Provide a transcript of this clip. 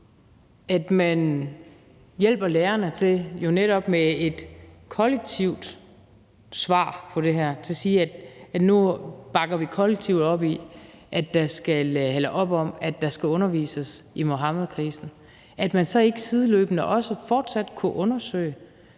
At man hjælper lærerne med netop et kollektivt svar på det her og siger, at nu bakker vi kollektivt op om, at der skal undervises i Muhammedkrisen, forhindrer ikke, at man sideløbende også fortsat undersøger